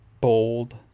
bold